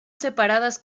separadas